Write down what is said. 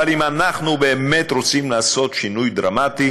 אבל אם אנחנו באמת רוצים לעשות שינוי דרמטי,